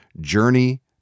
Journey